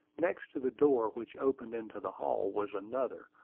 next to the door which opened into the hall was another,